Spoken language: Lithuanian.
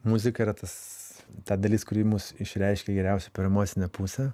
muzika yra tas ta dalis kuri mus išreiškia geriausia per emocinę pusę